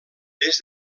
des